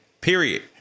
Period